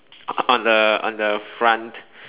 on on the on the front